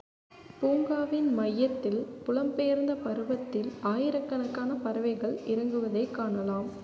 பூங்காவின் மையத்தில் புலம்பெயர்ந்த பருவத்தில் ஆயிரக்கணக்கான பறவைகள் இறங்குவதைக் காணலாம்